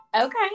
Okay